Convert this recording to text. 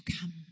come